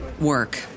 work